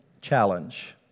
challenge